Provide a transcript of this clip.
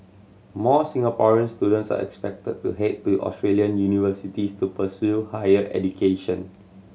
more Singaporeans students are expected to head to Australian universities to pursue higher education